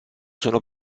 sono